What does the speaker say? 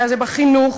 אלא בחינוך,